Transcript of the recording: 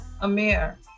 Amir